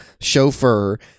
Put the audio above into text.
chauffeur